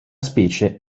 specie